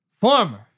former